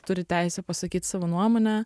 turi teisę pasakyt savo nuomonę